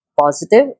positive